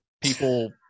people